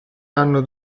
hanno